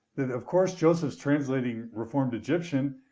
of course, joseph's translating reformed egyptian.